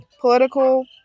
political